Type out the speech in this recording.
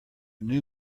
new